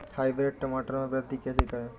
Hybrid टमाटर में वृद्धि कैसे करें?